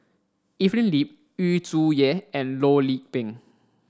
Evelyn Lip Yu Zhuye and Loh Lik Peng